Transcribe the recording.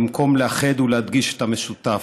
במקום לאחד ולהדגיש את המשותף.